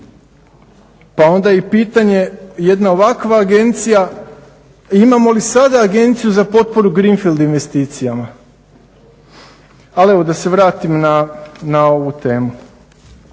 Pa onda i pitanje jedna ovakva agencija imamo li sada agenciju za potporu greenfield investicijama? Ali evo da se vratim na ovu temu.